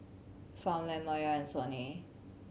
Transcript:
Farmland Mayer and Sony